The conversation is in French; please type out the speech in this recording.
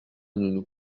nounou